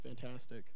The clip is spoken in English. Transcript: fantastic